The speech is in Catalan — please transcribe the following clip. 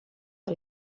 que